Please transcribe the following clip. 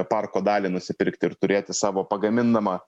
parko dalį nusipirkti ir turėti savo pagaminamą